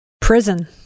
Prison